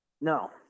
No